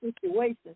situation